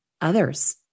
others